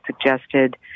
suggested